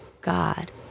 God